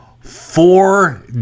four